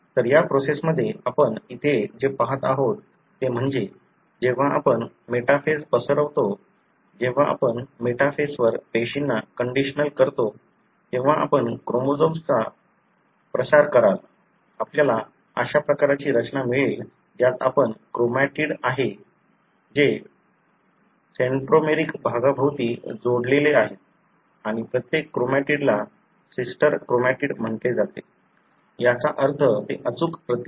तर या प्रोसेस मध्ये आपण इथे जे पाहत आहोत ते म्हणजे जेव्हा आपण मेटाफेस पसरवतो जेव्हा आपण मेटाफेसवर पेशींना कंडिशनल करतो तेव्हा आपण क्रोमोझोम्सचा प्रसार कराल आपल्याला अशा प्रकारची रचना मिळेल ज्यात आपण क्रोमॅटिड आहे जे सेंट्रोमेरिक भागाभोवती जोडलेले आहेत आणि प्रत्येक क्रोमेटिडला सिस्टर क्रोमॅटिड म्हटले जाते याचा अर्थ ते अचूक प्रती आहेत